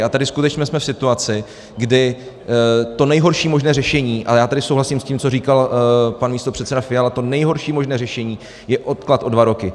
A tady skutečně my jsme v situaci, kdy to nejhorší možné řešení, a já tady souhlasím s tím, co říkal pan místopředseda Fiala, to nejhorší možné řešení je odklad o dva roky.